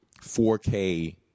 4k